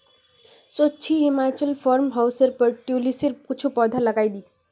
सोचे छि जे हिमाचलोर फार्म हाउसेर पर ट्यूलिपेर कुछू पौधा लगइ दी